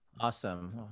Awesome